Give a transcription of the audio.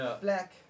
black